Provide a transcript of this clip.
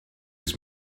his